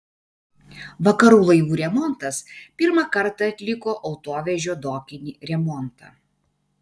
vakarų laivų remontas pirmą kartą atliko autovežio dokinį remontą